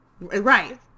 Right